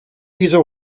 dieser